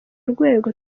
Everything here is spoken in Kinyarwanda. rwego